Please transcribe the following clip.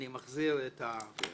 אני מחזיר את --- אדוני,